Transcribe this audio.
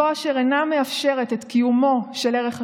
זו אשר אינה מאפשרת את קיומו של ערך השוויון.